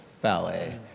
ballet